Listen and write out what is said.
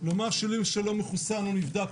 אדם שלא מחוסן ולא נבדק,